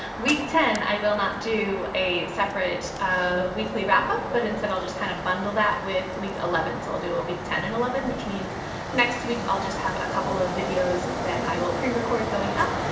week ten i will not do a separate weekly wrap-up, but instead i'll just kind of bundle that with week eleven. so i'll do a week ten and eleven, which means next week i'll just have a couple of videos that i will pre-record going up,